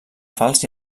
falç